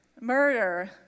murder